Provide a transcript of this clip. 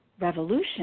revolution